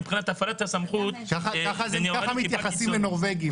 מבחינת הפעלת הסמכות --- ככה מתייחסים לנורבגים.